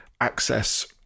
access